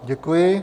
Děkuji.